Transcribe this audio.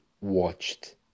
watched